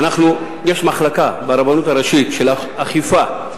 יש ברבנות הראשית מחלקה לאכיפה,